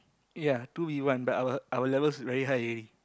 ya two V one but our our levels very high already